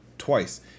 Twice